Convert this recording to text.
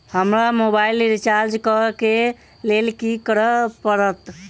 हमरा mobile recharge करऽ केँ लेल की करऽ पड़त?